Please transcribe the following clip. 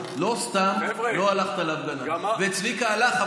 וצביקה הלך,